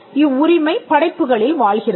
இவ்வுரிமை படைப்புகளில் வாழ்கிறது